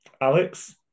Alex